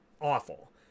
awful